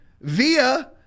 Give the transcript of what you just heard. via